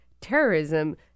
terrorism